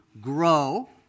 grow